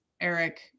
Eric